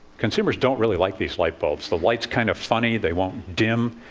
consumers don't really like these light bulbs. the light's kind of funny, they won't dim,